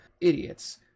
Idiots